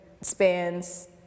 spans